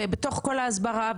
בתוך כל ההסברה,